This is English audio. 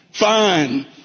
Fine